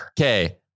Okay